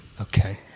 okay